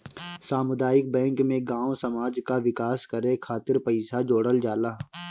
सामुदायिक बैंक में गांव समाज कअ विकास करे खातिर पईसा जोड़ल जाला